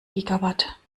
gigawatt